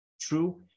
true